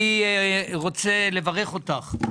אני רוצה לברך אותך,